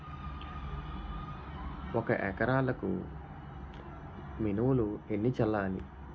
ఒక ఎకరాలకు మినువులు ఎన్ని చల్లాలి?